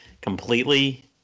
completely